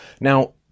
now